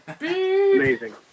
Amazing